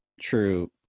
true